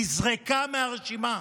נזרקה מהרשימה.